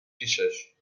پیشش